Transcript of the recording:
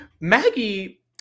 Maggie